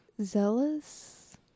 Zealous